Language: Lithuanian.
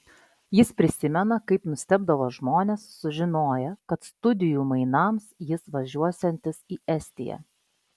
jis prisimena kaip nustebdavo žmonės sužinoję kad studijų mainams jis važiuosiantis į estiją